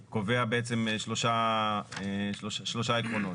קובע בעצם שלושה עקרונות: